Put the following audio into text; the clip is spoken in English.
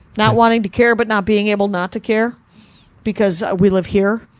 not wanting to care, but not being able not to care because we live here,